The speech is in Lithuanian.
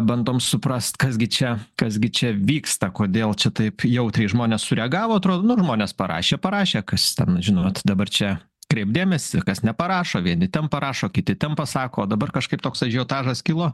bandom suprast kas gi čia kas gi čia vyksta kodėl čia taip jautriai žmonės sureagavo atrodo nu žmonės parašė parašė kas ten žinot dabar čia kreipt dėmesį kas neparašo vieni ten parašo kiti ten pasako dabar kažkaip toks ažiotažas kilo